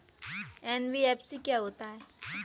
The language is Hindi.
एन.बी.एफ.सी क्या होता है?